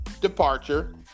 departure